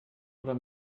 oder